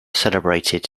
celebrated